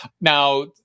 Now